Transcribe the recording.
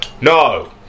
no